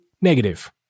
negative